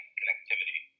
connectivity